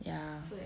ya